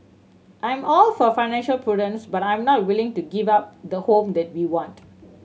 I am all for financial prudence but I am not willing to give up the home that we want